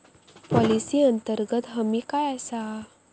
Policy अंतर्गत हमी काय आसा?